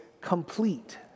complete